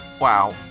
wow